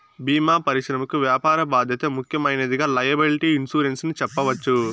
భీమా పరిశ్రమకి వ్యాపార బాధ్యత ముఖ్యమైనదిగా లైయబిలిటీ ఇన్సురెన్స్ ని చెప్పవచ్చు